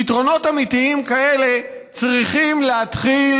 פתרונות אמיתיים כאלה צריכים להתחיל